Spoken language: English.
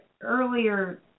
earlier